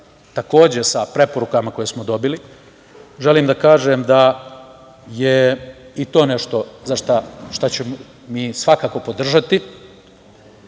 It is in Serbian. takođe sa preporukama koje smo dobili, želim da kažem da je i to nešto što ćemo mi svakako podržati. Kao